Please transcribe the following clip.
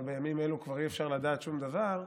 ובימים אלה כבר אי-אפשר לדעת שום דבר,